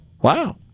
Wow